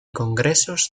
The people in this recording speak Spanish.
congresos